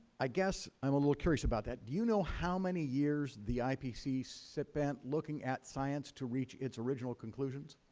i guess i am a little curious about that. do you know how many years the ipcc spent looking at science to reach its original conclusions?